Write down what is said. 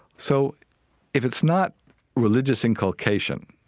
so if it's not religious inculcation,